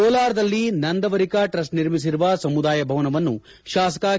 ಕೋಲಾರದಲ್ಲಿ ನಂದವರಿಕ ಟ್ರಸ್ಟ್ ನಿರ್ಮಿಸಿರುವ ಸಮುದಾಯ ಭವನವನ್ನು ಶಾಸಕ ಕೆ